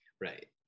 Right